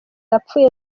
yapfuye